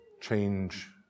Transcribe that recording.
change